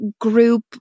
group